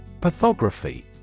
Pathography